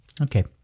Okay